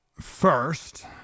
First